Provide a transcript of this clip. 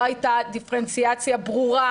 לא הייתה דיפרנציאציה ברורה,